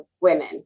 women